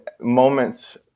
moments